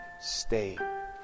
stay